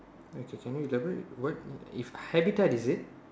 okay can you elaborate what if habitat is it